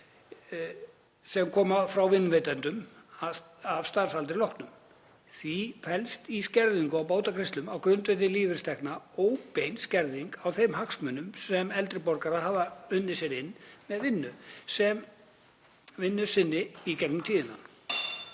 sem koma frá vinnuveitendum að starfsaldri loknum. Því felst í skerðingu bótagreiðslna á grundvelli lífeyristekna óbein skerðing á þeim hagsmunum sem eldri borgarar hafa unnið sér inn með vinnu sinni í gegnum tíðina.